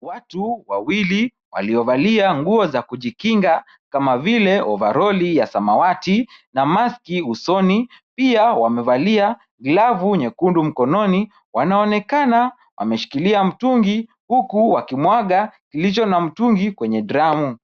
Watu wawili waliovalia nguo za kujikinga kama vile ovaroli ya samawati na maski usoni, pia wamevalia glavu nyekundu mkononi, wanaonekana wameshikilia mtungi huku wakimwaga kilicho na mtungi kwenye dramu .